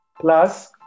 plus